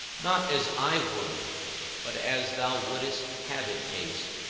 not as i would but as thou wouldst have it taste,